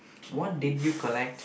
what did you collect